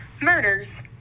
Murders